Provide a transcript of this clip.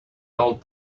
old